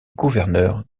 gouverneur